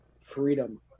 freedom